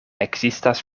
ekzistas